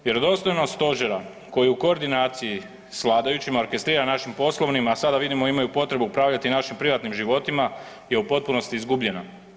Vjerodostojnost stožera koji u koordinaciji s vladajućima orkestrira našim poslovnim, a sada vidimo imaju potrebu upravljati i našim privatnim životima je u potpunosti izgubljeno.